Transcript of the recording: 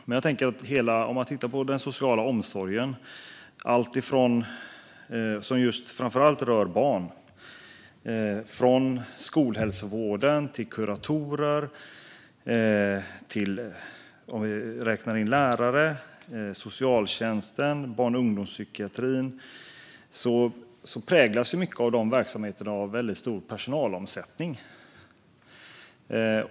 Om vi tittar på hela den sociala omsorgen, framför allt det som rör barn, från skolhälsovården till kuratorer, lärare, socialtjänsten och barn och ungdomspsykiatrin, ser vi att mycket av de verksamheterna präglas av stor personalomsättning.